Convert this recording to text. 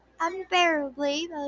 Unbearably